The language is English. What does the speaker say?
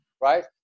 right